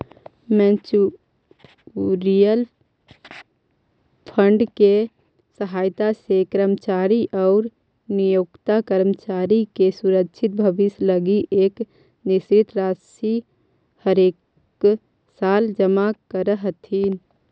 mutual fund के सहायता से कर्मचारी आउ नियोक्ता कर्मचारी के सुरक्षित भविष्य लगी एक निश्चित राशि हरेकसाल जमा करऽ हथिन